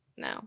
No